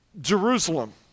Jerusalem